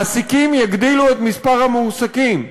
מעסיקים יגדילו את מספר המועסקים,